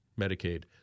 Medicaid